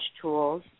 tools